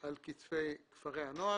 על כתפי כפרי הנוער.